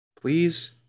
Please